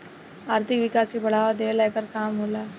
आर्थिक विकास के बढ़ावा देवेला एकर काम होला